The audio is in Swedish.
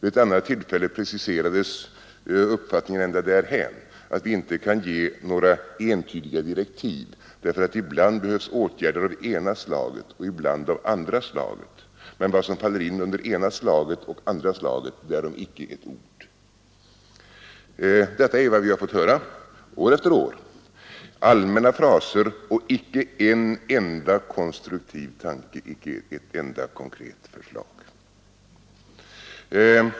Vid ett annat tillfälle preciserades uppfattningen ända därhän att vi inte kan ge några entydiga direktiv, därför att det ibland behövs åtgärder av ena slaget, ibland av andra slaget. Men vad som faller in under det ena och andra slaget — därom icke ett ord! 119 Detta är vad vi har fått höra år efter år: allmänna fraser och icke en enda konstruktiv tanke, icke ett enda konkret förslag.